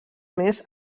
més